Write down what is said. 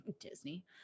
Disney